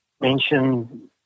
mention